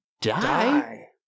die